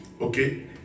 Okay